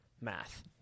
math